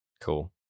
Cool